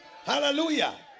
hallelujah